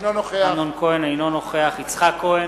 אינו נוכח יצחק כהן,